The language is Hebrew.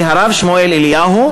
כי הרב שמואל אליהו,